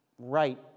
right